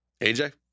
AJ